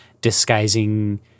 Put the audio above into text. disguising